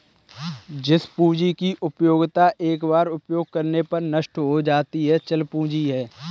जिस पूंजी की उपयोगिता एक बार उपयोग करने पर नष्ट हो जाती है चल पूंजी है